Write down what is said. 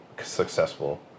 successful